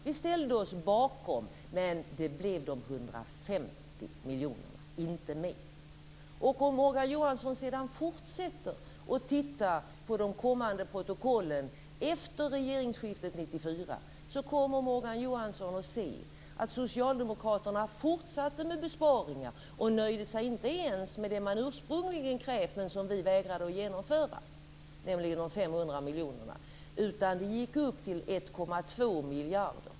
Vi ställde oss bakom det, men det blev 150 miljoner, inte mer. Om Morgan Johansson sedan fortsätter och tittar på de kommande protokollen efter regeringsskiftet 1994 kommer han att se att Socialdemokraterna fortsatte med besparingar och inte ens nöjde sig med det man ursprungligen krävt men som vi vägrade att genomföra, nämligen de 500 miljonerna, utan det gick upp till 1,2 miljarder.